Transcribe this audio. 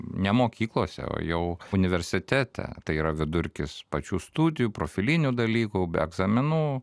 ne mokyklose o jau universitete tai yra vidurkis pačių studijų profilinių dalykų be egzaminų